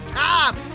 time